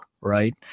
right